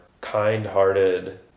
kind-hearted